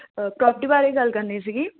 property ਬਾਰੇ ਗੱਲ ਕਰਨੀ ਸੀਗੀ